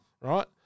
Right